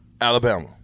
Alabama